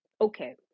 okay